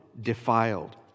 defiled